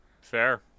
fair